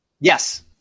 Yes